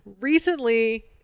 recently